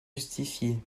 justifiée